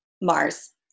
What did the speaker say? Mars